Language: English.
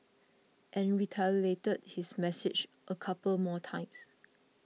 and reiterated his message a couple more times